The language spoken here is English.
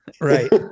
Right